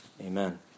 Amen